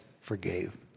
forgave